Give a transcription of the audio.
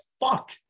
fuck